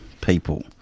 people